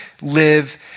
live